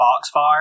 foxfire